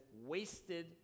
wasted